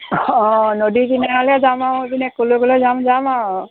অঁ নদী কিনাৰলৈ যাম আৰু ক'লৈ ক'লৈ যাম যাম আৰু